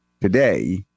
today